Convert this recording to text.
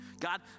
God